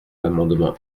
l’amendement